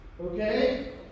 okay